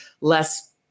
less